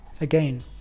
Again